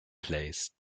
placed